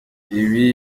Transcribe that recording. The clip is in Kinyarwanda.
iyi